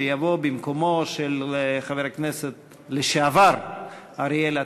שיבוא במקומו של חבר הכנסת לשעבר אריאל אטיאס,